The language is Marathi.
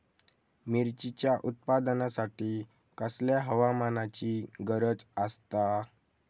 मिरचीच्या उत्पादनासाठी कसल्या हवामानाची गरज आसता?